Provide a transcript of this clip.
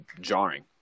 jarring